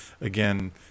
again